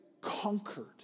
Conquered